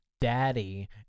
Daddy